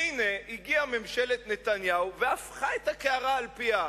והנה הגיעה ממשלת נתניהו והפכה את הקערה על פיה.